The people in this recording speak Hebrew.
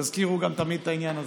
תזכירו תמיד גם את העניין הזה.